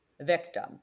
victim